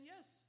yes